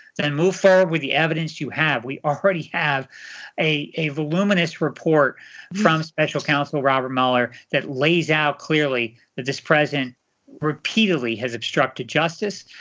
and move forward with the evidence you have. we already have a a voluminous report from special counsel robert mueller that lays out clearly that this president repeatedly has obstructed justice,